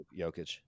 Jokic